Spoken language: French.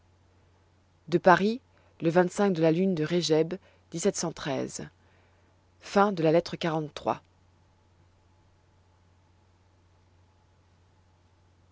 de paris le de la lune de lettre